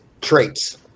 traits